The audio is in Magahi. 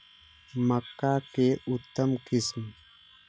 मक्का के उतम किस्म?